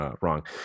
wrong